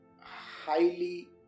highly